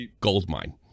goldmine